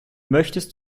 möchtest